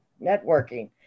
Networking